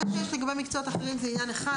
זה שיש לגבי מקצועות אחרים זה עניין אחד,